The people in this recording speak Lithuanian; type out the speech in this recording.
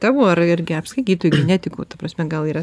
tavo ar irgi apskritai gydytojų genetikų ta prasme gal yra